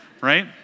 Right